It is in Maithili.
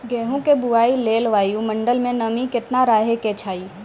गेहूँ के बुआई लेल वायु मंडल मे नमी केतना रहे के चाहि?